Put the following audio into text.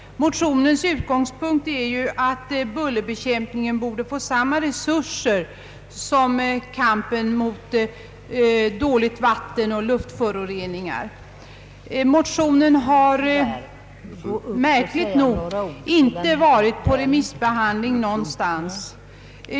Motionens utgångspunkt är att bullerbekämpningen borde få samma resurser som kampen mot dåligt vatten och luftföroreningar. Motionen har märkligt nog inte alls remissbehandlats.